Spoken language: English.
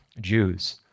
Jews